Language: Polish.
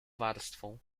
warstwą